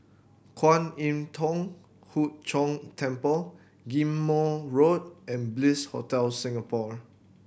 Kwan Im Thong Hood Cho Temple Ghim Moh Road and Bliss Hotel Singapore